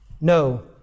No